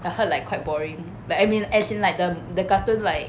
I heard like quite boring but I mean as in like the the cartoon like